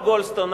דוח-גולדסטון.